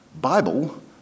Bible